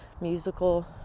musical